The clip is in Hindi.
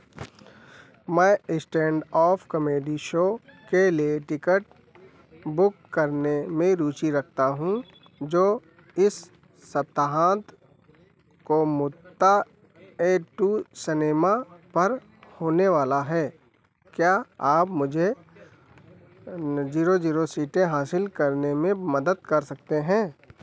मैं इस्टैंड ऑफ़ कमेडी शो के लिए टिकट बुक करने में रुचि रखता हूँ जो इस सप्ताह को मुत्ता ए टू सिनेमा पर होने वाला है क्या आप मुझे जीरो जीरो सीटें हासिल करने में मदद कर सकते हैं